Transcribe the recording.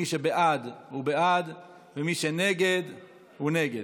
מי שבעד הוא בעד ומי שנגד הוא נגד.